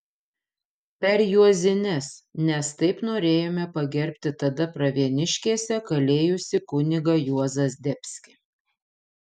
per juozines nes taip norėjome pagerbti tada pravieniškėse kalėjusi kunigą juozą zdebskį